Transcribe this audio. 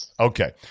Okay